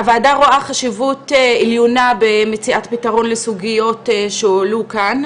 הוועדה רואה חשיבות עליונה במציאת פתרון לסוגיות שהועלו כאן,